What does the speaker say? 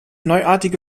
neuartige